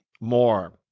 more